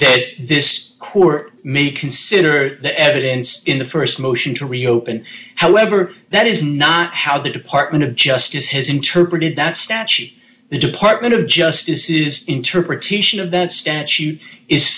that this court may consider the evidence in the st motion to reopen however that is not how the department of justice has interpreted that statute the department of justice's interpretation of that statute is